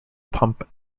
pump